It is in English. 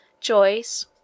Joyce